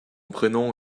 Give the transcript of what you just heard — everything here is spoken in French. prénom